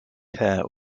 care